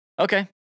okay